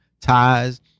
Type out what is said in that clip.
ties